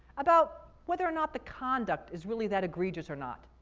about whether or not the conduct is really that egregious or not.